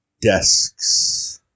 desks